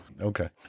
Okay